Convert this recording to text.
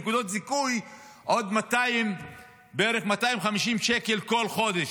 הוא הולך להפסיד נקודות זיכוי בעוד 250 שקל בערך בכל חודש,